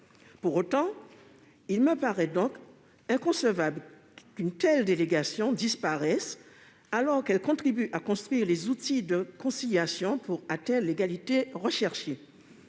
Pour autant, il me paraît inconcevable qu'une telle délégation disparaisse alors qu'elle contribue à construire les outils de conciliation pour atteindre l'égalité recherchée.